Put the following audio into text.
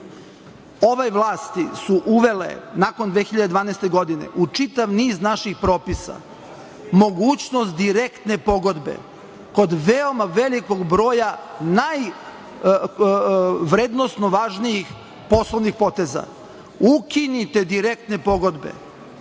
Ove vlasti su uvele nakon 2012. godine u čitav niz naših propisa mogućnost direktne pogodbe kod veoma velikog broja najvrednosno važnijih poslovnih poteza. Ukinite direktne pogodbe,